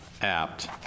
apt